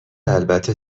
البته